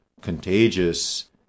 contagious